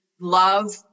love